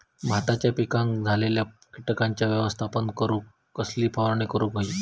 भाताच्या पिकांक झालेल्या किटकांचा व्यवस्थापन करूक कसली फवारणी करूक होई?